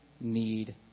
need